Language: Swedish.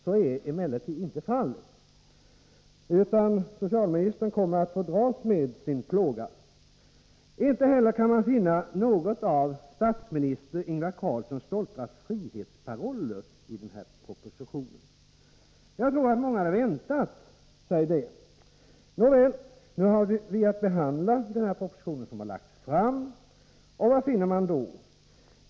Så är emellertid inte fallet, utan socialministern kommer att få dras med sin plåga. Inte heller kan man finna något av vice statsminister Ingvar Carlssons stolta frihetsparoller i den här propositionen. Jag tror att många hade väntat sig det. Nåväl, vi har behandlat den proposition som har lagts fram, och vad har vi då funnit?